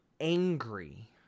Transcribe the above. angry